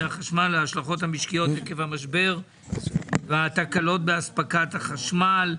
החשמל וההשלכות המשקיות עקב המשבר והתקלות באספקת החשמל.